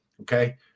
okay